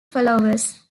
followers